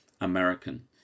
American